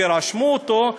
ורשמו אותו,